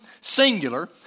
singular